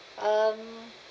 um